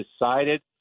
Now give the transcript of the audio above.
decided